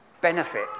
benefit